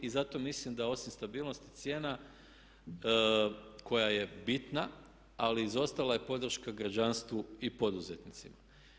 I zato mislim da osim stabilnosti cijena koja je bitna, ali izostala je podrška građanstvu i poduzetnicima.